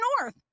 north